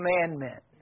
commandment